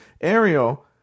Ariel